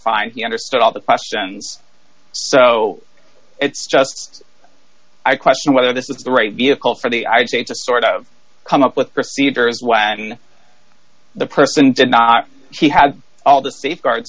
fine he understood all the questions so it's just i question whether this is the right vehicle for the i would say it's a sort of come up with procedures when the person did not he had all the safeguards